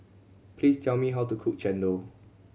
please tell me how to cook chendol